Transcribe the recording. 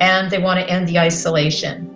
and they want to end the isolation